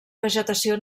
vegetació